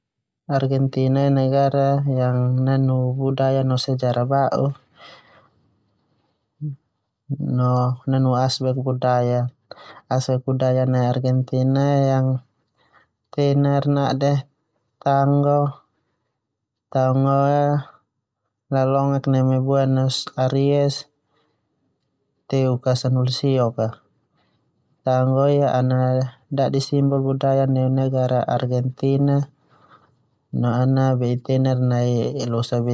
Argentina ia negara yang kaya budaya no sejarah, negara ia nanu budaya a beragam. Aspek budaya nai Argentina yang tenar nade Tanggo. Tanggo ia lolongek neme Buenos Aries teuk ka sanahulu sio. Tanggo ia ana dadi simbol budaya neu negara Argentina no ana bei tenar losa besak ia.